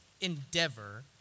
endeavor